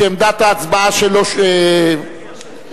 שעמדת ההצבעה שלו הושבתה,